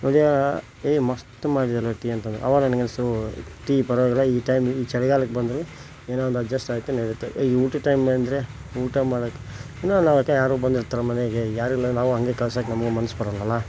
ಏ ಮಸ್ತ್ ಮಾಡಿದ್ದೀಯಲ್ಲ ಟೀ ಅಂತಂದರು ಆವಾಗ ನನಗನಿಸ್ತು ಟೀ ಪರ್ವಾಗಿಲ್ಲ ಈ ಟೈಮ್ ಈ ಚಳಿಗಾಲಕ್ಕೆ ಬಂದರು ಏನೋ ಒಂದು ಅಡ್ಜಸ್ಟ್ ಆಯಿತು ನಡೀತು ಈಗ ಊಟದ ಟೈಮ್ ಬಂದರೆ ಊಟ ಮಾಡಕ್ಕೆ ಏನೋ ಯಾರೋ ಬಂದಿರ್ತಾರೆ ಮನೆಗೆ ಯಾರಿಲ್ಲ ನಾವು ಹಂಗೇ ಕಳ್ಸಕ್ಕೆ ನಮಗೆ ಮನ್ಸು ಬರಲ್ವಲ್ಲ